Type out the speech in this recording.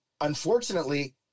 unfortunately